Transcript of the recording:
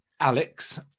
Alex